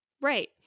Right